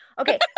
Okay